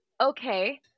Okay